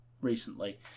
recently